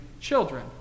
children